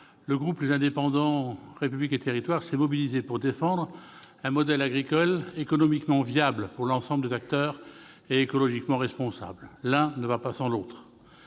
le groupe Les Indépendants - République et Territoires s'est mobilisé pour défendre un modèle agricole économiquement viable pour l'ensemble des acteurs et écologiquement responsable. L'un ne va pas sans l'autre.